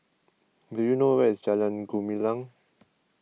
do you know where is Jalan Gumilang